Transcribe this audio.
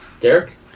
Derek